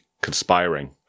conspiring